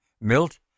Milt